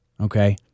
Okay